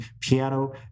piano